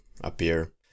appear